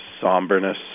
somberness